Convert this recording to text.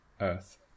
Earth